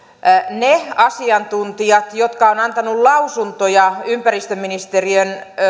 ne asiantuntijat jotka ovat antaneet lausuntoja ympäristöministeriön